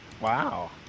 Wow